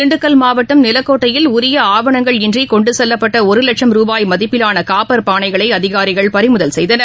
திண்டுக்கல் மாவட்டம் நிலக்கோட்டையில் உரியஆவணங்கள் இன்றிகொண்டுசெல்லப்பட்டஒருவட்சும் ரூபாய் மதிப்பிலானகாப்பர் பானைகளைஅதிகாரிகள் பறிமுதல் செய்தனர்